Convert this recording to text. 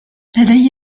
لدي